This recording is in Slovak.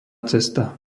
cesta